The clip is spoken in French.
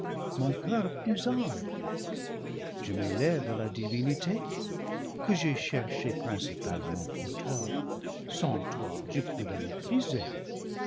mon coeur plus ample je m'élève à la divinité que j'ai cherchée principalement pour toi sans toi je puis la mépriser